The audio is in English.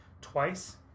twice